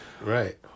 Right